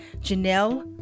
Janelle